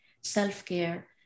Self-care